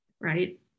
right